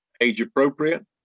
age-appropriate